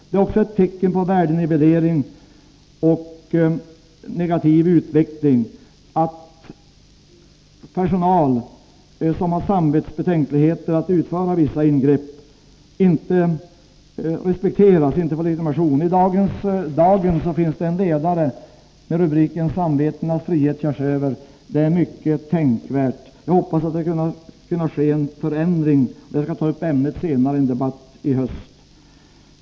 Det är också ett tecken på värdenivellering och negativ utveckling att personal som har samvetsbetänkligheter mot att utföra vissa ingrepp inte respekteras, inte får legitimation. I dagens Dagen finns det en ledare med rubriken Samvetenas frihet körs över. Den är mycket tänkvärd. Jag hoppas att det skall kunna ske en förändring, och jag skall ta upp ämnet senare i en debatt i höst.